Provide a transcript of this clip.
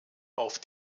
auf